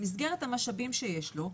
במסגרת המשאבים שיש לו,